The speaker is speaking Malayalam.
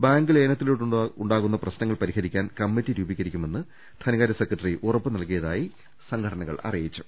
ബാങ്ക് ലയനത്തിലൂടെ ഉണ്ടാകുന്ന പ്രശ്നങ്ങൾ പരിഹരിക്കാൻ കമ്മിറ്റി രൂപീകരിക്കുമെന്ന് ധനകാര്യ സെക്രട്ടറി ഉറപ്പ് നൽകിയതായി സംഘടനകൾ അറിയിച്ചു